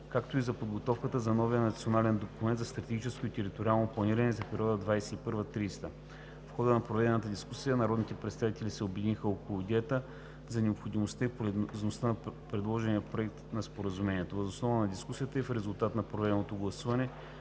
както и за подготовката на новия национален документ за стратегическо и териториално планиране за периода 2021 – 2030 г. В хода на проведената дискусия народните представители се обединиха около идеята за необходимостта и полезността на предложения Проект на споразумението. Въз основа на дискусията и в резултат на проведеното гласуване